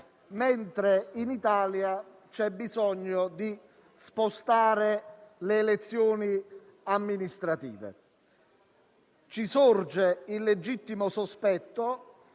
mentre In Italia c'è bisogno di spostare la data delle elezioni amministrative. Ci sorge il legittimo sospetto